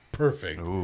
Perfect